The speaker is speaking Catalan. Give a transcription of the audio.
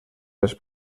les